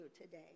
today